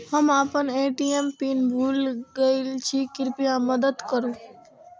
हम आपन ATM pin भूल गईल छी, कृपया मदद करू